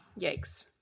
Yikes